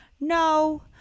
No